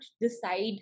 decide